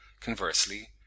conversely